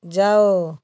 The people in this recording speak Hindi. जाओ